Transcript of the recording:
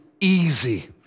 easy